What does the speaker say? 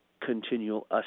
continual